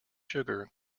sugar